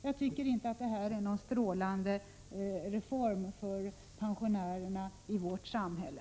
Jag tycker inte att detta är en strålande reform för pensionärerna i vårt samhälle.